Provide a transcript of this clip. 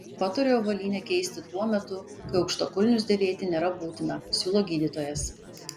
patariu avalynę keisti tuo metu kai aukštakulnius dėvėti nėra būtina siūlo gydytojas